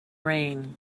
rain